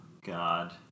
God